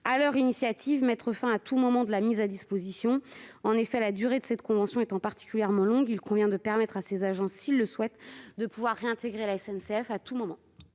leur initiative, à la mise à disposition. En effet, la durée de cette convention étant particulièrement longue, il convient de permettre à ces agents, s'ils le souhaitent, de réintégrer la SNCF à tout moment.